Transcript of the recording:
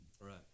Right